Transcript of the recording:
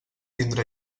tindrà